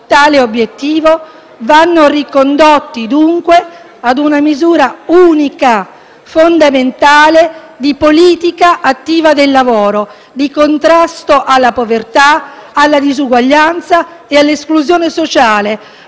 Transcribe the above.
tale obiettivo vanno ricondotti dunque a una misura unica fondamentale di politica attiva del lavoro, di contrasto alla povertà, alla disuguaglianza e all'esclusione sociale,